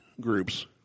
groups –